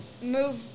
move